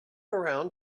around